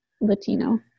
latino